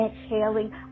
exhaling